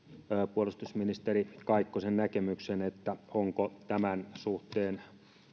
puolustusministeri kaikkosen näkemyksen ovatko tämän suhteen